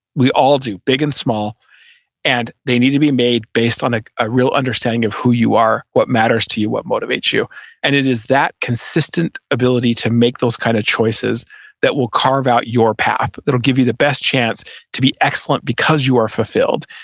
we all do big and small and they need to be made based on a ah real understanding of who you are, what matters to you, what motivates you and it is that consistent ability to make those kinds kind of choices that will carve out your path, that'll give you the best chance to be excellent because you are fulfilled.